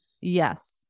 Yes